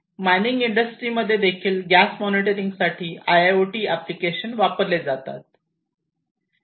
mining industry मध्ये देखील gas monitoring साठी आयआयओटी अँप्लिकेशन वापरले जातात